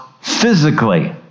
physically